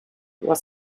was